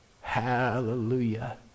hallelujah